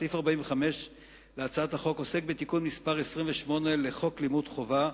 סעיף 45 להצעת החוק עוסק בתיקון מס' 28 לחוק לימוד חובה,